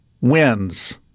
wins